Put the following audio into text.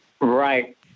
Right